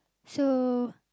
so